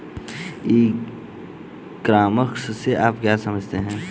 ई commerce से आप क्या समझते हैं?